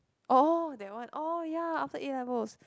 oh that one oh ya after A-levels